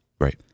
right